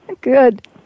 Good